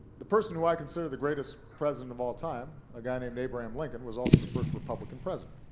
the person who i consider the greatest president of all time, a guy named abraham lincoln, was also the first republican president.